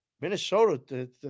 Minnesota